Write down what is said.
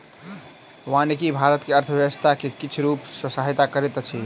वानिकी भारत के अर्थव्यवस्था के किछ रूप सॅ सहायता करैत अछि